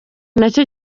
nacyo